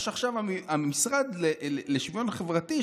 יש עכשיו המשרד לשוויון חברתי,